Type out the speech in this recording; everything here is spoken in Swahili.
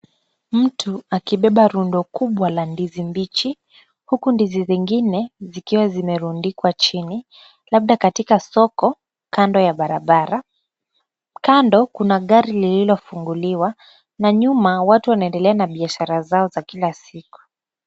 Mtu akibeba rundo kubwa la ndizi mbichi huku ndizi zingine zikiwa zimerundikwa chini labda katika soko kando ya barabara. Kando kuna gari lililofunguliwa na nyuma watu wanaendelea na biashara zao za kila siku.